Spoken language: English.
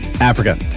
Africa